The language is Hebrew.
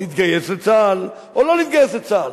להתגייס לצה"ל או לא להתגייס לצה"ל?